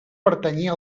pertanyia